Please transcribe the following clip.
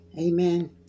Amen